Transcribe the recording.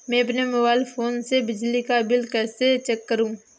मैं अपने mobile phone से बिजली का बिल कैसे चेक करूं?